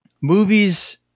Movies